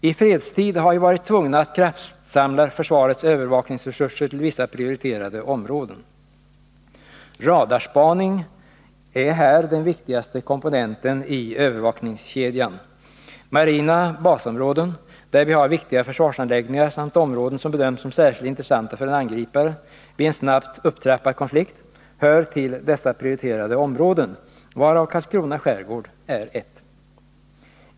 I fredstid har vi varit tvungna att kraftsamla försvarets övervakningsresurser till vissa prioriterade områden. Radarspaning är här den viktigaste komponenten i övervakningskedjan. Marina basområden där vi har viktiga försvarsanläggningar samt områden som bedöms som särskilt intressanta för en angripare vid en snabbt upptrappad konflikt hör till dessa prioriterade områden, varav Karlskrona skärgård är ett.